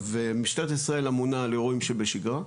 משטרת ישראל אמונה על אירועים שבשגרה,